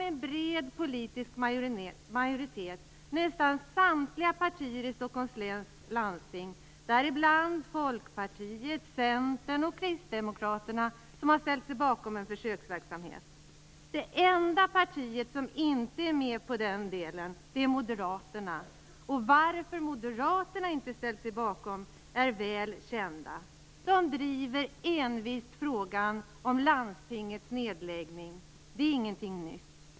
En bred politisk majoritet, nästan samtliga partier i Centern och Kristdemokraterna, har ställt sig bakom en försöksverksamhet. Det enda partiet som inte är med på detta är Moderaterna, och skälet till att Moderaterna inte ställt sig bakom är väl känt. De driver envist frågan om landstingets nedläggning - det är ingenting nytt.